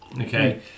Okay